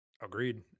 Agreed